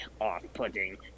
off-putting